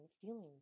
feeling